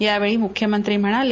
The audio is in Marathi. यावेळी मुख्यमंत्री म्हणाले